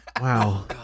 wow